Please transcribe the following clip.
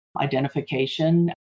identification